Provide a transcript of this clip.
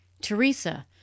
teresa